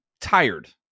tired